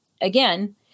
again